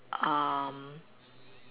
um